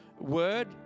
word